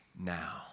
now